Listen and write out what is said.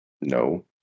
No